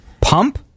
Pump